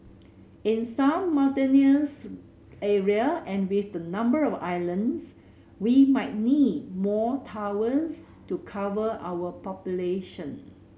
in some mountainous area and with the number of islands we might need more towers to cover our population